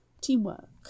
Teamwork